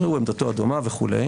ראו עמדתו הדומה, וכו'.